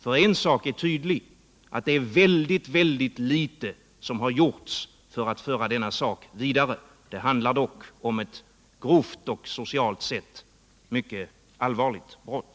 För ett är tydligt: det är väldigt litet som gjons för att föra denna sak vidare. Det handlar dock om ett grovt och socialt sett mycket allvarligt brott.